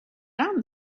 down